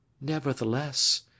Nevertheless